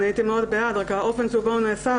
הייתי מאוד בעד אבל האופן שבו זה נעשה,